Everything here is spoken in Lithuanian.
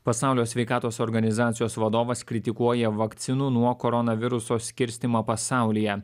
pasaulio sveikatos organizacijos vadovas kritikuoja vakcinų nuo koronaviruso skirstymą pasaulyje